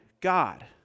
God